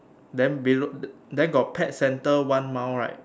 then below the~ then got pet centre one mile right